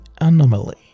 anomaly